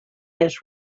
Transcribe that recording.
his